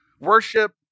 worship